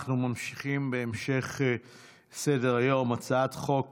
אנחנו ממשיכים בסדר-היום, הצעת חוק